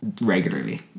regularly